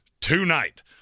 tonight